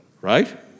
right